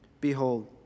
Behold